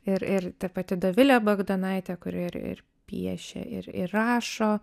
ir ir ta pati dovilė bagdonaitė kuri ir ir piešia ir ir rašo